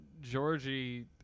Georgie